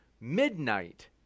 midnight